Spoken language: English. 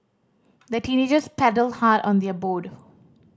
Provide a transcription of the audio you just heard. the teenagers paddled hard on their boat